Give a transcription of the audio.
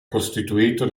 costituito